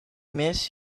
miss